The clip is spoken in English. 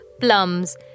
plums